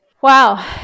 Wow